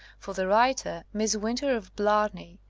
for the writer, miss winter, of blar ney,